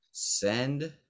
send